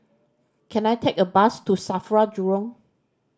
can I take a bus to SAFRA Jurong